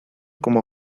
como